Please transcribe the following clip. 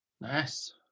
Nice